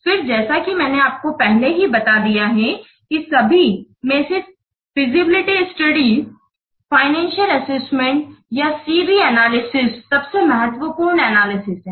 फिर जैसा कि मैंने आपको पहले ही बता दिया है कि सभी में से फिजिबिलिट स्टडीज फाइनेंसियल असेसमेंट या C B एनालिसिस सबसे महत्वपूर्ण एनालिसिस है